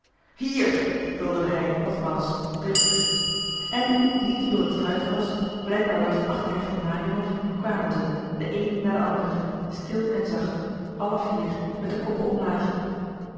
hier bulderde hij nogmaals driftig en niet door het struikgewas blijkbaar langs de achterheg van mariënhof kwamen ze de een na den ander stil en zacht alle vier met de koppen omlaag